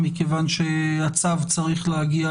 מכיוון שהצו צריך להגיע